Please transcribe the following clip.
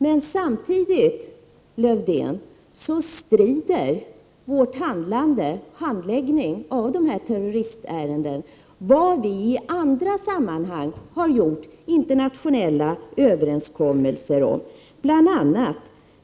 Men samtidigt, Lövdén, strider vår handläggning av dessa terroristärenden mot internationella överenskommelser som vi i andra sammanhang har gjort.